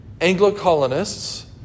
Anglo-colonists